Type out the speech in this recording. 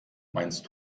meinst